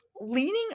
leaning